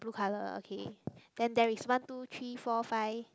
blue colour okay then there is one two three four five